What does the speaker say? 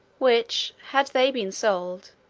which, had they been sold,